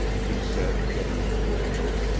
he said, getting into his coat,